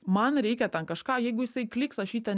man reikia ten kažką jeigu jisai klyks aš jį ten